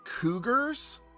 cougars